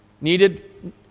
Needed